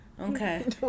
okay